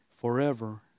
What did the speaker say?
forever